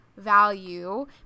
value